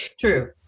true